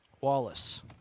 Wallace